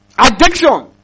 Addiction